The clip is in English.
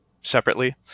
separately